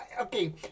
okay